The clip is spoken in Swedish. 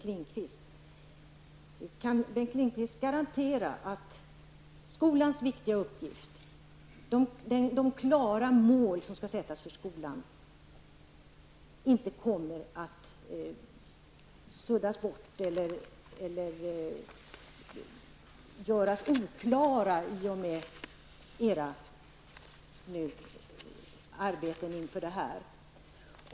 Kan alltså Bengt Lindqvist garantera att skolans viktiga uppgift, dvs. att de klara mål som skall gälla för skolan inte kommer att suddas ut eller göras oklara i och med regeringens arbete här?